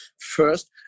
first